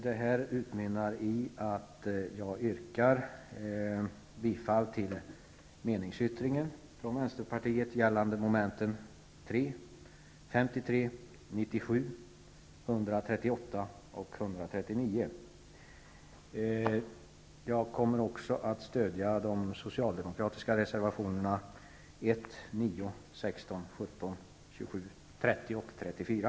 Det här utmynnar i att jag yrkar bifall till meningsyttringen från vänsterpartiet, gällande momenten 3, 53, 97, 138 och 139. Jag kommer också att stödja de socialdemokratiska reservationerna 1, 9, 16, 17, 27, 30 och 34.